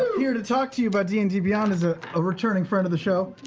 here to talk to you about d and d beyond is a ah returning friend of the show.